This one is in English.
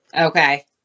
Okay